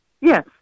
Yes